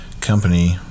company